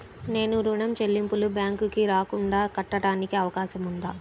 నేను ఋణం చెల్లింపులు బ్యాంకుకి రాకుండా కట్టడానికి అవకాశం ఉందా?